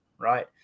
right